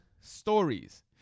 stories